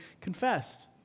confessed